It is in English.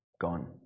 gone